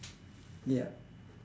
yup